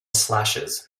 slashes